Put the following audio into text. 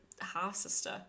half-sister